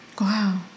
Wow